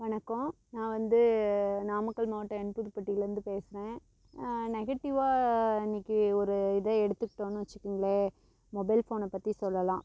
வணக்கம் நான் வந்து நாமக்கல் மாவட்டம் எம்புதுபட்டிலேருந்து பேசுகிறேன் நெகட்டிவ்வாக இன்னைக்கு ஒரு இதை எடுத்துகிட்டோன்னு வச்சிங்குங்களேன் மொபைல் ஃபோனை பற்றி சொல்லலாம்